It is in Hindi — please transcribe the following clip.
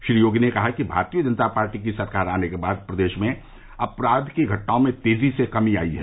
श्री योगी ने कहा कि भारतीय जनता पार्टी की सरकार आने के बाद प्रदेश में अपराध की घटनाओं में तेजी से कमी आयी है